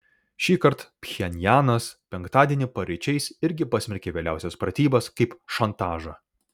šįkart pchenjanas penktadienį paryčiais irgi pasmerkė vėliausias pratybas kaip šantažą